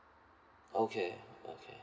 okay okay